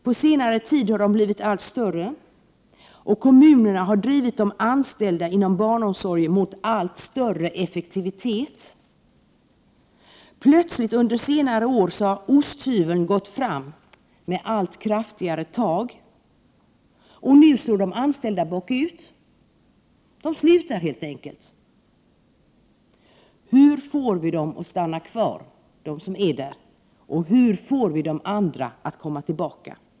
På senare tid har de blivit allt större, och kommunerna har drivit de anställda inom barnomsorgen mot allt större effektivitet. Plötsligt under senare år har osthyveln gått fram med allt kraftigare tag, och nu slår de anställda bakut: De slutar helt enkelt. Hur får vi dem som fortfarande är där att stanna kvar, och hur får vi de andra att komma tillbaka?